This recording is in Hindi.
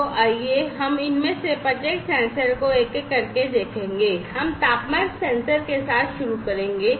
तो आइए हम इनमें से प्रत्येक सेंसर को एक एक करके देखें हम तापमान सेंसर के साथ शुरू करेंगे